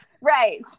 Right